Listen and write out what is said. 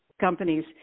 companies